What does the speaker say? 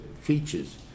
features